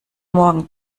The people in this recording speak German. morgen